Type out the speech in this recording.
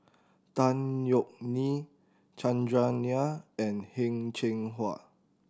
Tan Yeok Nee Chandran Nair and Heng Cheng Hwa